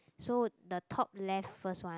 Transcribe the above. so the top left first one